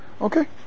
Okay